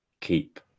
keep